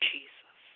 Jesus